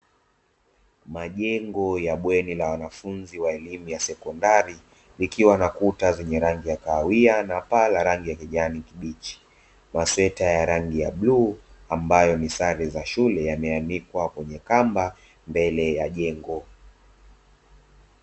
Majengo ya bweni la wanafunzi wa elimu ya sekondari, likiwa na kuta zenye rangi ya kahawia, na paa la rangi ya kijani kibichi, masweta ya rangi ya bluu ambayo ni sare za shule, yameanikwa kwenye kamba mbele ya jengo.